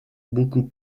beaucoup